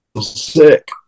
sick